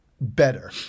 better